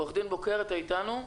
עורך-דין בוקר, אתה אתנו?